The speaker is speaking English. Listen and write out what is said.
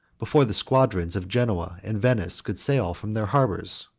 before the squadrons of genoa and venice could sail from their harbors.